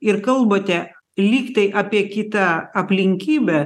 ir kalbate lyg tai apie kitą aplinkybę